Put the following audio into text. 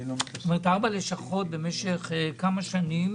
זאת אומרת ארבע לשכות במשך כמה שנים